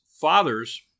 fathers